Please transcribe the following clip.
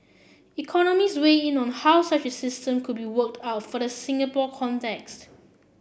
economists weighed in on how such a system could be worked out for the Singapore context